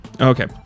Okay